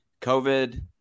COVID